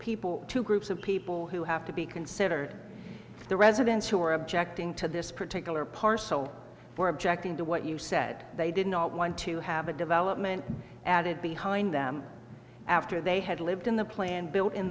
people two groups of people who have to be considered the residents who are objecting to this particular parcel or objecting to what you said they did not want to have a development added behind them after they had lived in the plan built in